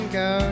go